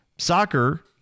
Soccer